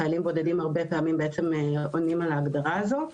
חיילים בודדים הרבה פעמים עונים על ההגדרה הזו,